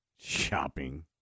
Shopping